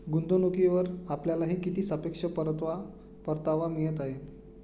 गुंतवणूकीवर आपल्याला किती सापेक्ष परतावा मिळत आहे?